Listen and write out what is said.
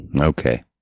Okay